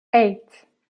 eight